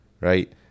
right